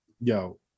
Yo